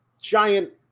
giant